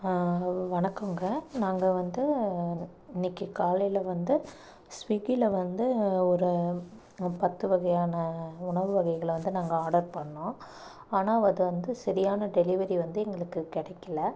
வணக்கங்க நாங்கள் வந்து இன்றைக்கு காலையில் வந்து ஸ்விகியில் வந்து ஒரு பத்து வகையான உணவு வகைகளை வந்து நாங்கள் ஆடர் பண்ணிணோம் ஆனால் அது வந்து சரியான டெலிவரி வந்து எங்களுக்கு கிடைக்கல